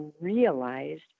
realized